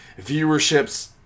viewerships